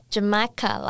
Jamaica